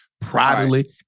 privately